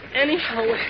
Anyhow